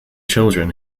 children